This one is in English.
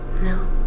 No